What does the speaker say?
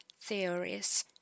theories